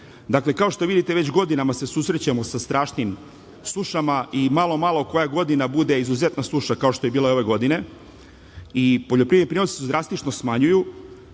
Dakle, kao što vidite već godinama se susrećemo sa strašnim sušama i malo, malo, koja godina bude izuzetna suša, kao što je bila ove godine, i poljoprivredni prinosi se drastično smanjuju,